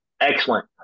excellent